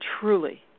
truly